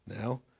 now